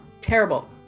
terrible